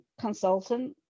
consultant